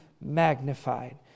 magnified